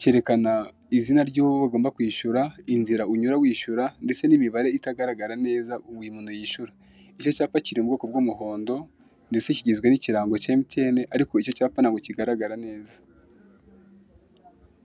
cyerekana izina ryuwo bagomba kwishyura, inzira unyura wishyura, ndetse nimibare itagaragara neza kugirango umuntu yishyure, icyo cyapa kiri mu bwoko bw'umuhondo ndetse kigizwe n'ikirango cya emutiyene ariko icyo cyapa ntago kigaragara neza.